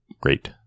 great